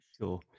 Sure